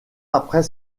après